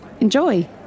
Enjoy